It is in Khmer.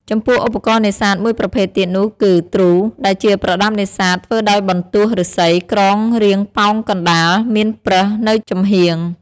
ចំពោះឧបករណ៍នេសាទមួយប្រភេទទៀតនោះគឺ ទ្រូ ដែលជាប្រដាប់នេសាទ ធ្វើដោយបន្ទោះឫស្សីក្រងរាងប៉ោងកណ្ដាល មានប្រឹសនៅចំហៀង។